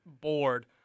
board